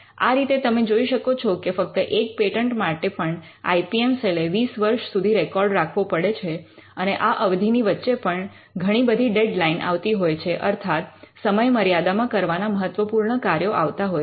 આ રીતે તમે જોઈ શકો છો કે ફક્ત એક પેટન્ટ માટે પણ આઇ પી એમ સેલ એ 20 વર્ષ સુધી રેકોર્ડ રાખવો પડે છે અને આ અવધિની વચ્ચે પણ ઘણી બધી ડેડલાઇન આવતી હોય છે અર્થાત સમય મર્યાદામાં કરવાના મહત્વપૂર્ણ કાર્યો આવતા હોય છે